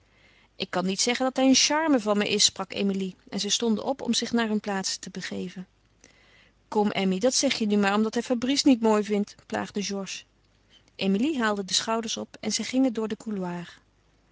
ik kan niet zeggen dat hij een charme van me is sprak emilie en zij stonden op om zich naar hun plaatsen te begeven kom emmy dat zeg je nu maar omdat hij fabrice niet mooi vond plaagde georges emilie haalde de schouders op en zij gingen door den